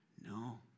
No